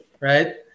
Right